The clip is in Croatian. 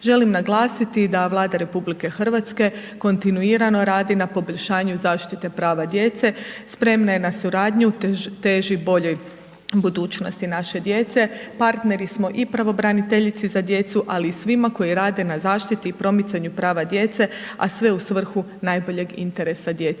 Želim naglasiti da Vlada Rh kontinuirano radi na poboljšanju zaštite prava djece, spremna je na suradnju, teži boljoj budućnosti naše djece, partneri smo i pravobraniteljici za djecu ali i svima koji rade na zaštiti i promicanju prava djece a sve u svrhu najboljeg interesa djece